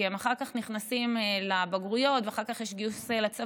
כי הם אחר כך נכנסים לבגרויות ואחר כך יש גיוס לצבא,